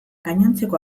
gainontzeko